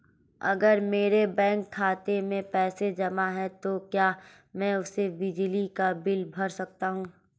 अगर मेरे बैंक खाते में पैसे जमा है तो क्या मैं उसे बिजली का बिल भर सकता हूं?